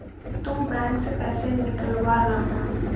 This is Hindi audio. तुम बैंक से पैसे निकलवा लाना